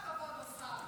וכל הכבוד לשר,